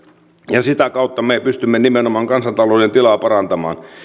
ja sitä kautta me pystymme nimenomaan kansantalouden tilaa parantamaan